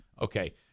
Okay